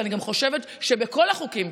ואני גם חושבת שבכל החוקים,